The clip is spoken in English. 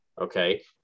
Okay